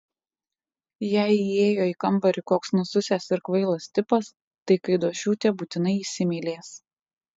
jei įėjo į kambarį koks nususęs ir kvailas tipas tai keidošiūtė būtinai įsimylės